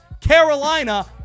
Carolina